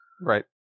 Right